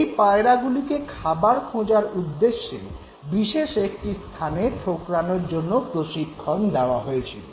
এই পায়রাগুলিকে খাবার খোঁজার উদ্দেশ্যে বিশেষ একটি স্থানে ঠোকরানোর জন্য প্রশিক্ষণ দেওয়া হয়েছিল